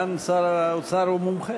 סגן שר האוצר הוא מומחה.